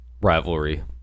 rivalry